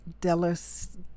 Della's